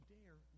dare